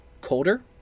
colder